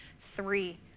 three